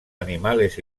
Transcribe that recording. animales